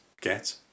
get